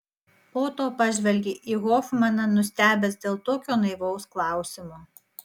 oto pažvelgė į hofmaną nustebęs dėl tokio naivaus klausimo